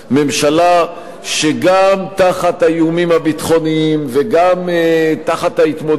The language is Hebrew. ממשלה שגם תחת האיומים הביטחוניים וגם תחת ההתמודדות